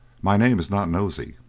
my name is not nosey.